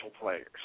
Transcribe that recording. players